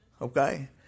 Okay